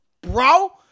Bro